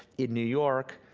in new york,